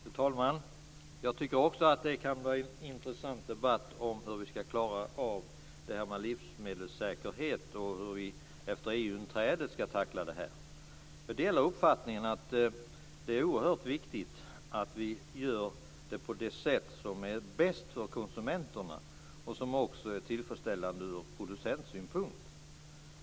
Fru talman! Jag tycker också att det kan vara intressant att debattera hur vi ska klara av detta med livsmedelssäkerhet och hur vi efter EU-inträdet ska tackla frågan. Jag delar uppfattningen att det är oerhört viktigt att vi gör det på det sätt som är bäst för konsumenterna och som också är tillfredsställande ur producentsynpunkt.